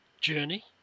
journey